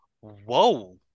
Whoa